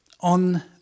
on